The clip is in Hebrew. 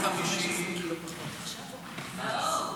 שהוא לא --- יום חמישי --- נאור.